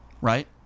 right